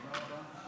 תודה רבה.